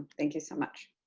thank you so much.